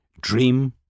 dream